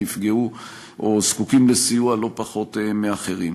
נפגעו או זקוקים לסיוע לא פחות מאחרים.